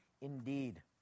indeed